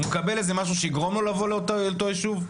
הוא מקבל איזה משהו שיגרום לו לבוא לאותו יישוב?